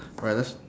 alright let's